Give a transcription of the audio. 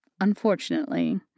unfortunately